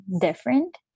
different